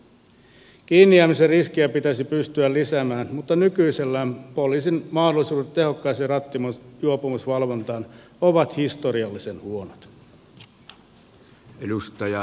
kiinni jäämisen riskiä pitäisi pystyä lisäämään mutta nykyisellään poliisin mahdollisuudet tehokkaaseen rattijuopumusvalvontaan ovat historiallisen huonot